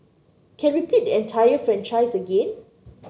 can repeat the entire franchise again